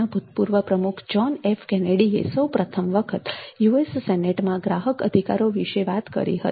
ના ભૂતપૂર્વ પ્રમુખ જ્હોન એફ કેનેડીએ સૌપ્રથમ વખત યુએસ સેનેટમાં ગ્રાહક અધિકારો વિશે વાત કરી હતી